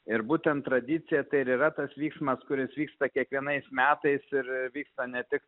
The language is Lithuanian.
ir būtent tradicija tai ir yra tas vyksmas kuris vyksta kiekvienais metais ir vyksta ne tik